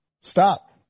Stop